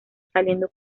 saliendo